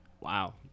Wow